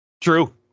True